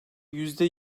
yüzde